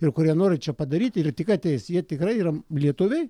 ir kurie nori čia padaryti ir tik ateis jie tikrai yra lietuviai